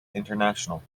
international